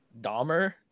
Dahmer